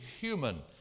human